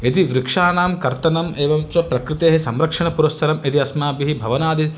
यदि वृक्षाणां कर्तनं एवं च प्रकृतेः संरक्षणपुरस्सरं यदि अस्माभिः भवनादि